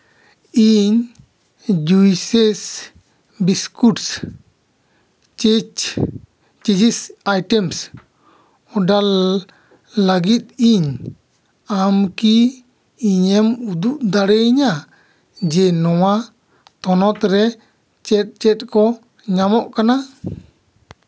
ᱤᱧ juices biscuit ᱪᱤᱡᱽ ᱛᱤᱨᱤᱥ ᱟᱭᱴᱮᱢᱥ ᱚᱰᱟᱨ ᱞᱟᱹᱜᱤᱫ ᱤᱧ ᱟᱢ ᱠᱤ ᱤᱧᱮᱢ ᱩᱫᱩᱜ ᱫᱟᱲᱮᱭᱤᱧᱟ ᱡᱮ ᱱᱚᱣᱟ ᱛᱷᱚᱱᱚᱛ ᱨᱮ ᱪᱮᱫ ᱪᱮᱫ ᱠᱚ ᱧᱟᱢᱚᱜ ᱠᱟᱱᱟ